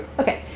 ok.